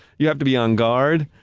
you have to be on guard,